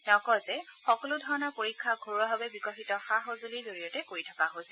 তেওঁ কয় যে সকলো ধৰণৰ পৰীক্ষা ঘৰুৱাভাৱে বিকশিত সা সঁজুলিৰ জৰিয়তে কৰি থকা হৈছে